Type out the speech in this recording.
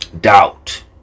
doubt